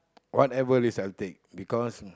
whatever this something because